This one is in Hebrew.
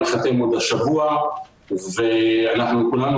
הדבר ייחתם עוד השבוע ואנחנו כולנו